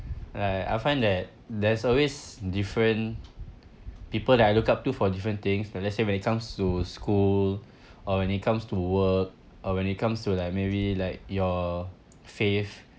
like I find that there's always different people that I look up to for different things let's say when it comes to school or when it comes to work or when it comes to like maybe like your faith